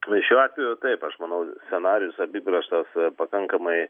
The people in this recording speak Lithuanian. šiuo atveju taip aš manau scenarijus apibrėžtas pakankamai